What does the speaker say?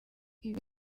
ibi